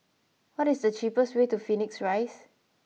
what is the cheapest way to Phoenix Rise